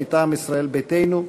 מטעם ישראל ביתנו,